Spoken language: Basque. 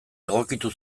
egokitu